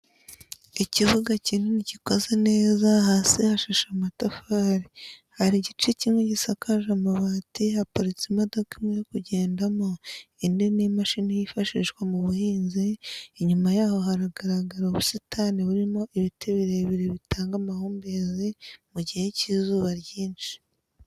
Ikibuga kinini gikoze neza hasi hashashe amatafari, hari igice kimwe gisakaje amabati haparitse imodoka imwe yo kugendamo indi ni imashini yifashishwa mu buhinzi inyuma yaho hagaragara ubusitani burimo ibiti birebire bitanga amahumbezi mu gihe cy'izuba ryinshi.